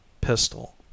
pistol